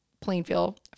Plainfield